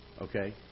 Okay